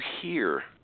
hear